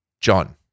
John